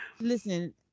Listen